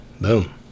boom